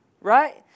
Right